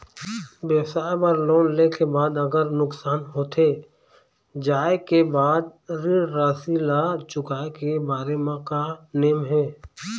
व्यवसाय बर लोन ले के बाद अगर नुकसान होथे जाय के बाद ऋण राशि ला चुकाए के बारे म का नेम हे?